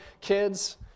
kids